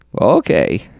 Okay